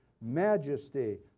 majesty